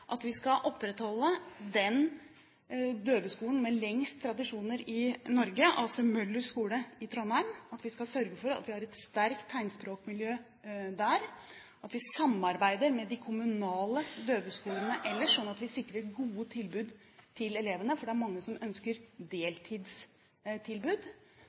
at vi skal opprettholde den døveskolen med lengst tradisjoner i Norge, altså Møller skole i Trondheim, at vi skal sørge for at vi har et sterkt tegnspråkmiljø der, at vi samarbeider med de kommunale døveskolene ellers slik at vi sikrer gode tilbud til elevene – for det er mange som ønsker